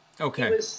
Okay